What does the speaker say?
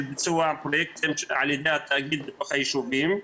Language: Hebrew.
ביצוע פרויקטים על ידי התאגיד בתוך היישובים.